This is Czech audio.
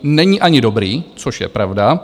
Není ani dobrý, což je pravda.